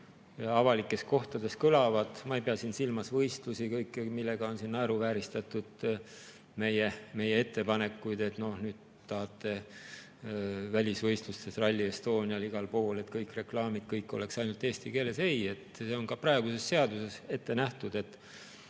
mis avalikes kohtades kõlavad … Ma ei pea siin silmas võistlusi ja kõike muud, millega on naeruvääristatud meie ettepanekuid, et nüüd tahate välisvõistlustel, näiteks Rally Estonial ja igal pool, et kõik reklaamid oleks ainult eesti keeles. Ei, see on ka praeguses seaduses ettenähtud, et